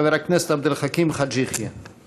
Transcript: חבר הכנסת עבד אל-חכים חאג' יחיא.